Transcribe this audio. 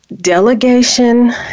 delegation